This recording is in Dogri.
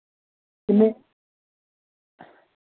किन्नी